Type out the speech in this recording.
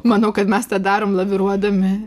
manau kad mes tą darome laviruodami